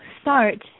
start